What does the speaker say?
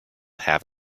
have